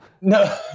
no